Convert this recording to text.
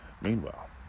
Meanwhile